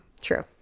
True